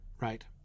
right